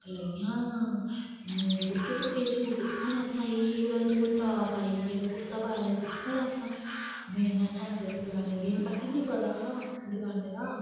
आक्खन लगियां कुडिये तूं एह् सूट कुत्थआं लैता एह् जेहड़ी टाप पाइदी कुर्ता पाए दा एह् कुत्थुआं लैता में मे है ऐसी ऐसी दकानें उपर गेई असें गी बी नेईं पता ंहा दकानें दा